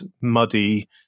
muddy